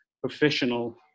professional